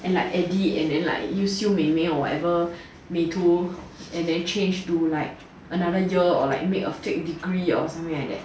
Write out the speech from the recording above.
and like edit and then like use 秀美美 whatever 美图 and then change to like another year or like make a fake degree or something like that